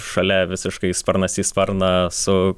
šalia visiškai sparnas į sparną su